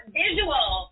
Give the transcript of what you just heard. visual